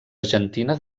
argentina